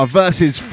versus